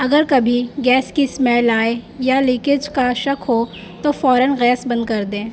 اگر کبھی گیس کی اسمیل آئے یا لیکیج کا شک ہو تو فوراً گیس بند کر دیں